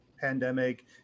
pandemic